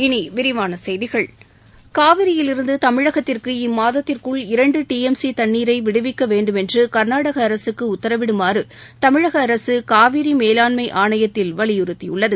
இனி விரிவான செய்திகள் காவிரியிலிருந்து தமிழகத்திற்கு இம்மாதத்திற்குள் இரண்டு டி எம் சி தண்ணீரை விடுவிக்க வேண்டுமென்று கா்நாடக அரசுக்கு உத்தரவிடுமாறு தமிழக அரசு காவிரி மேலாண்மை ஆணையத்தில் வலியுறுத்தியுள்ளது